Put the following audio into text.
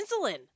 insulin